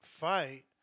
fight